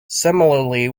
similarly